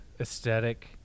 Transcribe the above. aesthetic